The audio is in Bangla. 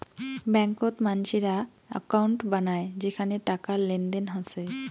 ব্যাংকত মানসিরা একউন্ট বানায় যেখানে টাকার লেনদেন হসে